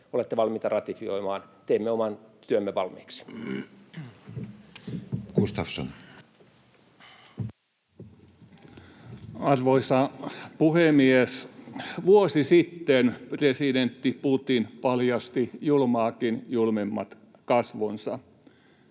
olette valmiita ratifioimaan, teemme oman työmme valmiiksi. Edustaja Gustafsson. Arvoisa puhemies! Vuosi sitten presidentti Putin paljasti julmaakin julmemmat kasvonsa.